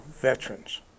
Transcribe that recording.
veterans